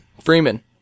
Freeman